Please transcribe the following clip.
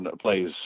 plays